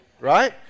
right